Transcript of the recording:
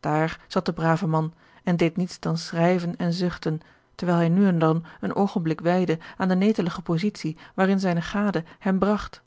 daar zat de brave man en deed niets dan schrijven en zuchten terwijl hij nu en dan een oogenblik wijdde aan de netelige positie waarin zijne gade hem bragt